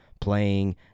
playing